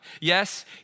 Yes